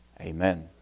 Amen